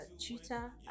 tutor